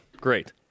Great